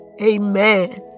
Amen